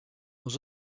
aux